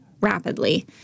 rapidly